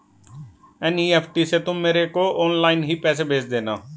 NEFT से तुम मेरे को ऑनलाइन ही पैसे भेज देना